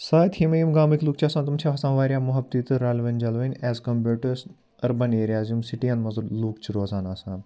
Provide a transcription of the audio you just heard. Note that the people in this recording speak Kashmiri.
ساتہِ یِمہٕ ییٚمۍ گامٕکۍ لُکھ چھِ آسان تِم چھِ آسان واریاہ محبتی تہٕ رَلوٕنۍ جلوٕنۍ as compared to urban areas یِم سِٹیَن مَنٛز لُکھ چھِ روزان آسان